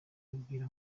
abwira